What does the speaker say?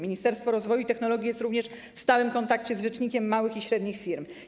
Ministerstwo Rozwoju i Technologii jest również w stałym kontakcie z rzecznikiem małych i średnich firm.